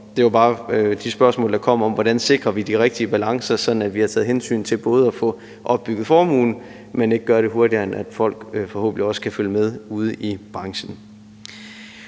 Det var angående de spørgsmål, der kom, om, hvordan vi sikrer de rigtige balancer, sådan at vi har taget hensyn til at få opbygget formuen, men ikke gør det hurtigere, end at folk forhåbentlig også kan følge med ude i branchen.